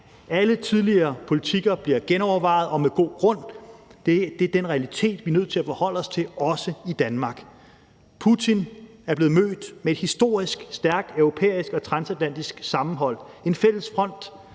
Alle tidligere politikker bliver genovervejet – og med god grund. Det er den realitet, vi er nødt til at forholde os til, også i Danmark. Putin er blevet mødt med et historisk stærkt europæisk og transatlantisk sammenhold – en fælles front,